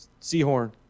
seahorn